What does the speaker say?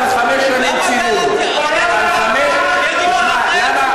אז אני אגיד לך.